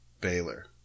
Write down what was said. Baylor